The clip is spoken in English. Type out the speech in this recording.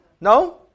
No